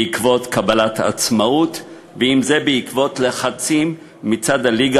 אם בעקבות קבלת העצמאות ואם בעקבות לחצים מצד הליגה